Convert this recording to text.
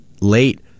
late